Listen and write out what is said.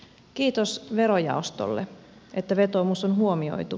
kiitos verojaostolle että vetoomus on huomioitu